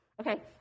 Okay